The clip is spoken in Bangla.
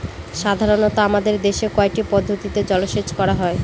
সাধারনত আমাদের দেশে কয়টি পদ্ধতিতে জলসেচ করা হয়?